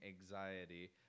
anxiety